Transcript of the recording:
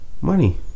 money